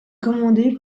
commandé